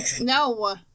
No